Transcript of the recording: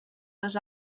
les